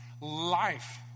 life